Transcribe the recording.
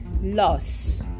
loss